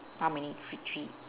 how many three three